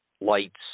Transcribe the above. lights